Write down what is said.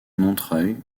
montreuil